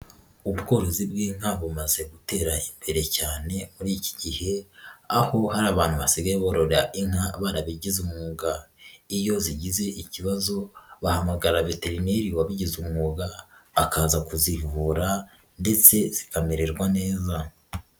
Ubworozi bw'inka bumaze gutera imbere cyane buri iki gihe, aho hari abantu basigaye barora inka barabigize umwuga, iyo zigize ikibazo bahamagara veterineri wabigize umwuga, akaza kuzivura ndetse zikamererwa neza.